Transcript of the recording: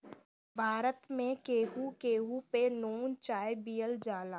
भारत में केहू केहू पे नून चाय पियल जाला